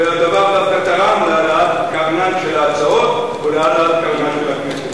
והדבר הזה תרם להעלאת קרנן של ההצעות ולהעלאת קרנה של הכנסת.